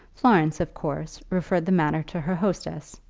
florence, of course, referred the matter to her hostess,